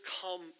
come